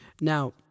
Now